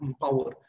power